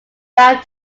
found